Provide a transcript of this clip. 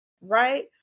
right